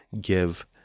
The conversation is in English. give